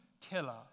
killer